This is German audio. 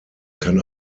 kann